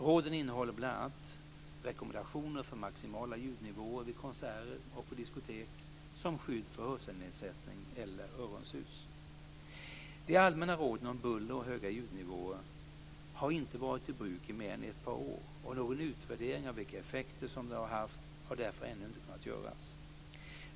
Råden innehåller bl.a. rekommendationer för maximala ljudnivåer vid konserter och på diskotek som skydd för hörselnedsättning eller öronsus. De allmänna råden om buller och höga ljudnivåer har inte varit i bruk i mer än ett par år, och någon utvärdering av vilka effekter som de har haft har därför ännu inte kunnat göras.